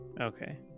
Okay